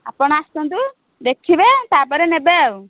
ଆପଣ ଆସନ୍ତୁ ଦେଖିବେ ତା'ପରେ ନେବେ ଆଉ